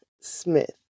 Smith